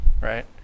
right